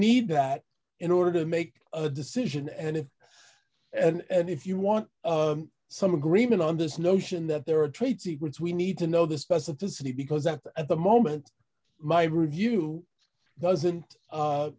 need that in order to make a decision and if and if you want some agreement on this notion that there are trade secrets we need to know the specificity because at the at the moment my review doesn't